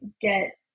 get